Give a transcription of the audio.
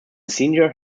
senior